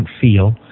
feel